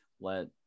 let